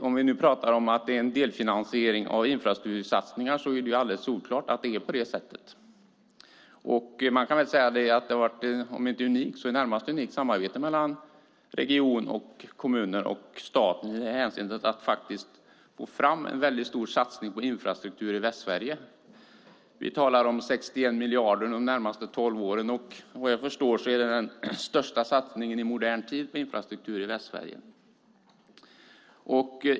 Om vi nu talar om att det kan vara en delfinansiering av infrastruktursatsningar är det alldeles solklart att det är på det sättet. Det har varit om inte unikt så ett närmast unikt samarbete mellan region, kommuner och staten i det hänseendet att få fram en väldigt stor satsning på infrastruktur i Västsverige. Vi talar om 61 miljarder de närmaste tolv åren. Vad jag förstår är det den största satsningen på infrastruktur i Västsverige.